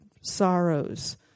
sorrows